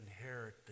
inherit